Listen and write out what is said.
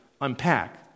unpack